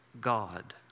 God